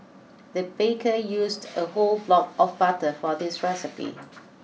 the baker used a whole block of butter for this recipe